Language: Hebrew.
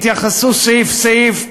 התייחסו סעיף-סעיף,